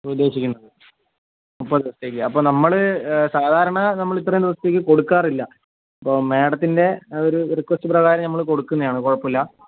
ഉദ്ദേശിക്കുന്നത് അപ്പോൾ വിട്ടേക്ക് അപ്പം നമ്മൾ സാധാരണ നമ്മൾ ഇത്രയും ദിവസത്തേക്ക് കൊടുക്കാറില്ല അപ്പോൾ മാഡത്തിൻ്റെ ഒരു റിക്വസ്റ്റ് പ്രകാരം നമ്മൾ കൊടുക്കുന്നതാണ് കുഴപ്പമില്ല